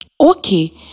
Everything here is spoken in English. Okay